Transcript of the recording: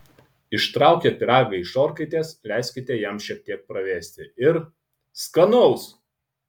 ištraukę pyragą iš orkaitės leiskite jam šiek tiek pravėsti ir skanaus